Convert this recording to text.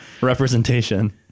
representation